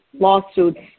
lawsuits